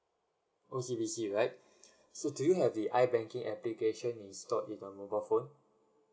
O_C_B_C right so do you have the ibanking application installed in your mobile phone